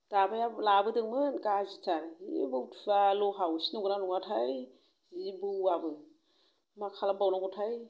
दाबाया लाबोदोंमोन गाज्रिथार जे बुथुवा लहा असे नंगौना नङाथाय जि बौवाबो मा खालामबावनांगौथाय